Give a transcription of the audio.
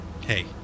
hey